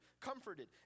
comforted